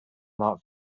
not